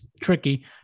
tricky